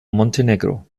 montenegro